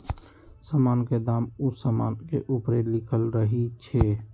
समान के दाम उ समान के ऊपरे लिखल रहइ छै